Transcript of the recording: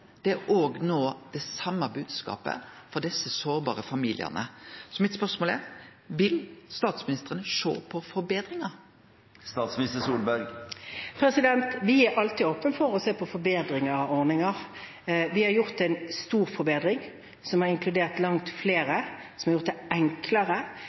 Det er òg bodskapet frå desse sårbare familiane. Så mitt spørsmål er: Vil statsministeren sjå på forbetringar? Vi er alltid åpne for å se på forbedringer av ordninger. Vi har gjort en stor forbedring, som har inkludert langt